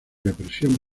represión